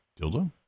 Dildo